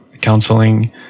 counseling